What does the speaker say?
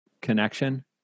connection